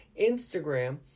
Instagram